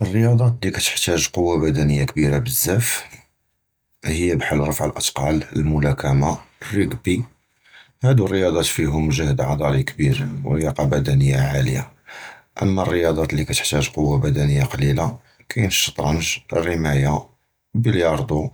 הַרִיַאדַה לִי קִתְחְתַاجְ קֻוַّة בְדַנִיָּה קְבִירָה בְזַאפ הִי בְחַל רַפְע אֵתְקַּל, הַמְלַאקַמָה, הַלְרִיקְבִּי, הֻדוּ הַרִיַאדָאת פִיהוּם גְּהְד עֻדְלִי קְבִיר וְלִיָּאקַה בְדַנִיָּה עֲלִיָּה, אַמָּא הַרִיַאדָאת לִי קִתְחְתַאגְ קֻוַّة בְדַנִיָּה קְלִילָה קַאִין הַשַּטְרַנג, הַרִמַּايָה, הַבִּלְיַארְדוּ,